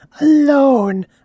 alone